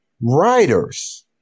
writers